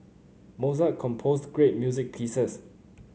Mozart composed great music pieces